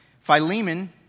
Philemon